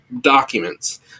documents